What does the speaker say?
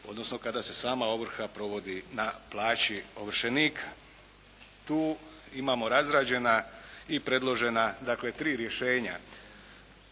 odnosno kada se sama ovrha provodi na plaći ovršenika. Tu imamo razrađena i predložena dakle tri rješenja.